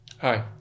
Hi